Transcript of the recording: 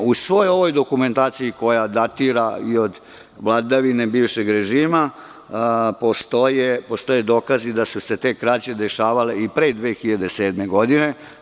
U svojoj ovoj dokumentaciji koja datira i od vladavine bivšeg režima, postoje dokazi da su se te krađe dešavale i pre 2007. godine.